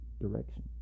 direction